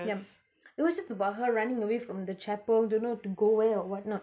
yup it was just about her running away from the chapel don't know to go where or what not